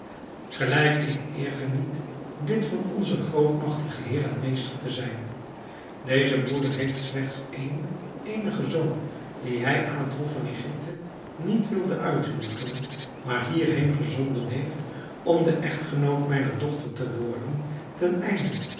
gelijk ik de eer geniet dit van onzen grootmagtigen heer en meester te zijn deze broeder heeft slechts een eenigen zoon dien hij aan het hof van egypte niet wilde uithuwelijken maar hier heen gezonden heeft om de echtgenoot mijner dochter te worden ten einde